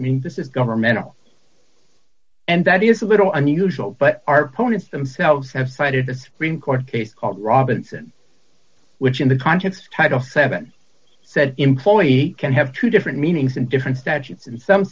is governmental and that is a little unusual but our points themselves have cited the supreme court case called robinson which in the context title seven said employee can have two different meanings in different statutes and some